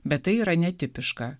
bet tai yra netipiška